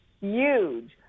huge